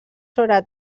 sobre